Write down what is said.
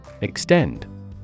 Extend